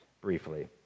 briefly